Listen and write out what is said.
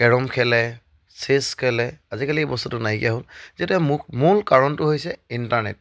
carrom খেলে chess খেলে আজিকালি বস্তুটো নাইকিয়া হ'ল যেতিয়া মোক মূল কাৰণটো হৈছে ইণ্টাৰনেট